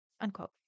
unquote